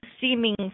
seeming